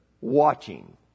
watching